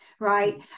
Right